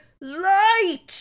light